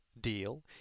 deal